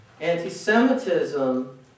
anti-Semitism